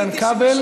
אין לי מסך הצבעה.